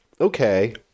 okay